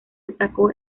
destacó